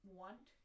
want